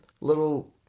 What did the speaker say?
little